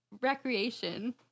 recreation